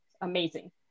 Amazing